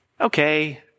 Okay